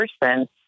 person